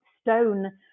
stone